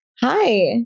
Hi